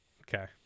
Okay